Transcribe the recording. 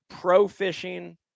pro-fishing